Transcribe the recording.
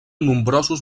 nombrosos